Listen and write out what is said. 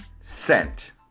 scent